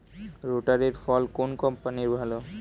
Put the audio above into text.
রোটারের ফল কোন কম্পানির ভালো?